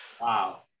Wow